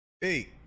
Hey